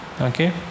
Okay